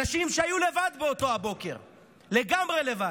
הנשים שהיו לבד באותו הבוקר, לגמרי לבד.